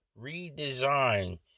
redesign